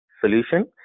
solution